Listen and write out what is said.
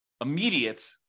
immediate